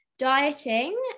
Dieting